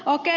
okei